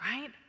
right